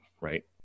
right